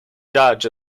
dodge